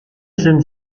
sind